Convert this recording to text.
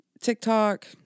TikTok